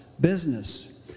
business